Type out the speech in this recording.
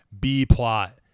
B-plot